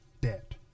debt